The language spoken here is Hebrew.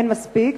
אין מספיק,